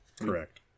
Correct